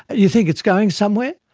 you think it's going somewhere.